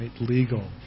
Legal